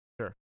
Sure